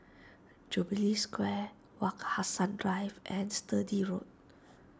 Jubilee Square Wak Hassan Drive and Sturdee Road